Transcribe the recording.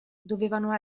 dovevano